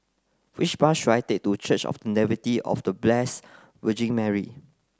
which bus should I take to Church of The Nativity of The Blessed Virgin Mary